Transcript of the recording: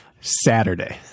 Saturday